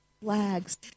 flags